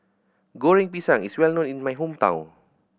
Goreng Pisang is well known in my hometown